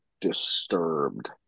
disturbed